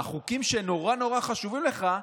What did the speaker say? החוקים שנורא נורא חשובים לך,